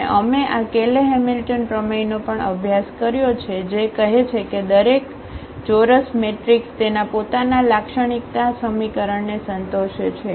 અને અમે આ કેલે હેમિલ્ટન પ્રમેયનો પણ અભ્યાસ કર્યો છે જે કહે છે કે દરેક ચોરસ મેટ્રિક્સ તેના પોતાના લાક્ષણિકતા સમીકરણને સંતોષે છે